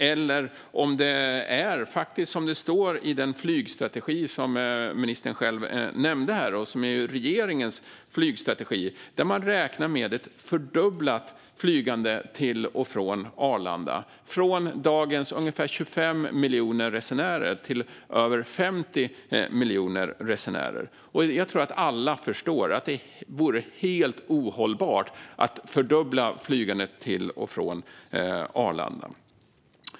Eller är det som det faktiskt står i den flygstrategi som ministern själv nämnde här och som är regeringens flygstrategi? Där räknar man ju med ett fördubblat flygande till och från Arlanda, från dagens ungefär 25 miljoner resenärer till över 50 miljoner resenärer. Jag tror att alla förstår att det vore helt ohållbart att fördubbla flygandet till och från Arlanda.